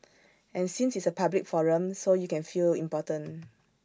and since it's A public forum so you can feel important